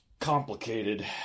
complicated